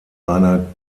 einer